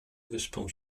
wyspą